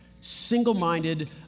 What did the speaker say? Single-minded